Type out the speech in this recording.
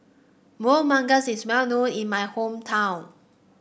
Kueh Manggis is well known in my hometown